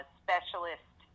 specialist